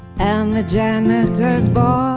and the janitor's boy